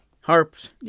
Harp's